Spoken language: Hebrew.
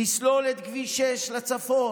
לסלול את כביש שש לצפון,